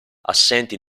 assenti